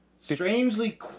strangely